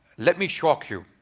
let me shock you.